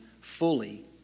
fully